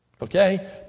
Okay